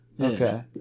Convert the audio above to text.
Okay